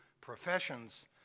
professions